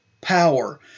power